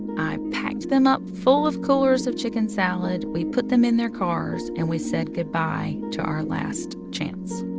i packed them up full of coolers of chicken salad, we put them in their cars, and we said goodbye to our last chance.